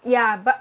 ya but